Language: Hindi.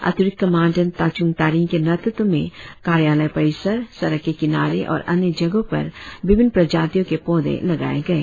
अतिरिक्त कमांडेट ताचुंग तारिंग के नेतृत्व में कार्यालय परिसर सड़क के किनारे और अन्य जगहों पर विभिन्न प्रजातियों के पौधे लगाए गए